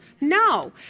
No